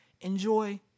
enjoy